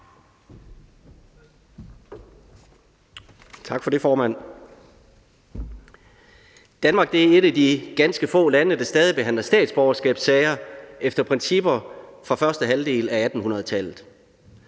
Tak for det, formand. Danmark er et af de ganske få lande, der stadig behandler statsborgerskabssager efter principper fra første halvdel af 1800-tallet.